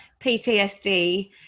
PTSD